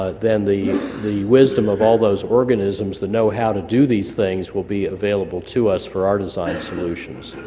ah then the the wisdom of all those organisms that know how to do these things will be available to us for our design solutions.